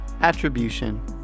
Attribution